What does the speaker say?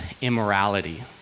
immorality